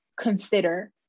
consider